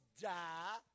die